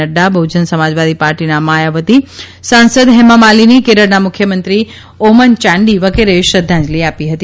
નડ્ડા બહ્જન સમાજવાદી પાર્ટીનાં માયાવતી સાંસદ હેમામાલીની કેરળના મુખ્યમંત્રીઓમન ચાંડી વગેરેએ શ્રદ્ધાંજલ્લાપી હતી